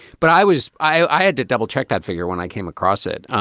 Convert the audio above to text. but i was i had to double check that figure when i came across it.